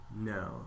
No